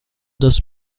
das